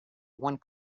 one